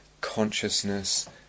consciousness